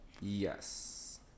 Yes